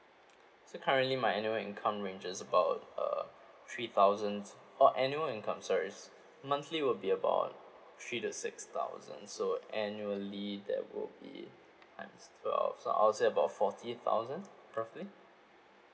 so currently my annual income ranges about uh three thousands oh annual income sorry monthly will be about three to six thousands so annually that will be times twelve so I'll say about forty thousand roughly